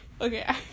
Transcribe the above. Okay